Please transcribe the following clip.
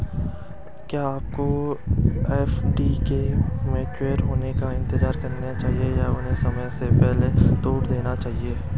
क्या आपको एफ.डी के मैच्योर होने का इंतज़ार करना चाहिए या उन्हें समय से पहले तोड़ देना चाहिए?